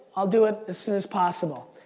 i'll do it as soon as possible.